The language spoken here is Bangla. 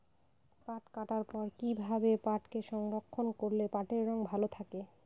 পাট কাটার পর কি ভাবে পাটকে সংরক্ষন করলে পাটের রং ভালো থাকে?